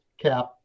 CAP